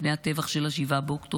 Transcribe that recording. לפני הטבח של 7 באוקטובר,